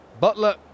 Butler